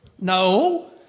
No